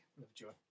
Lovejoy